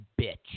Bitch